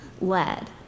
led